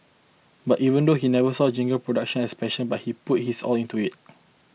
but even though he never saw jingle production as a passion but he put his all into it